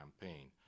campaign